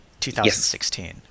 2016